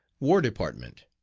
war department,